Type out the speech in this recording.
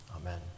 Amen